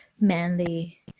manly